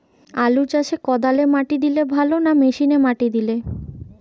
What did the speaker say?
আলু চাষে কদালে মাটি দিলে ভালো না মেশিনে মাটি দিলে?